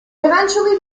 eventually